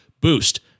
boost